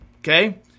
Okay